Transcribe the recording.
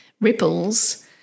ripples